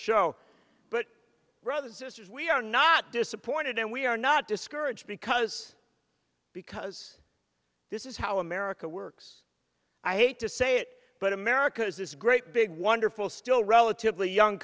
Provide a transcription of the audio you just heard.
show but rather sisters we are not disappointed and we are not discouraged because because this is how america works i hate to say it but america is this great big wonderful still relatively young